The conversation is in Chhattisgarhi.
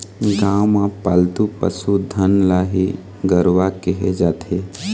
गाँव म पालतू पसु धन ल ही गरूवा केहे जाथे